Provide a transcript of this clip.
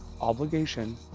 obligation